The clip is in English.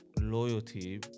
loyalty